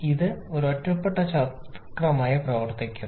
ഇത് ഒരു ഒറ്റപ്പെട്ട ചക്രമായി പ്രവർത്തിക്കുന്നു